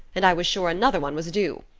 and i was sure another one was due.